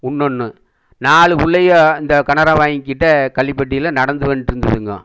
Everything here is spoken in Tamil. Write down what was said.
இன்னொன்று நாலு பிள்ளைக இந்த கனரா வங்கிகிட்ட கள்ளிப்பட்டியில் நடந்து வந்துட்ருந்ததுங்கோ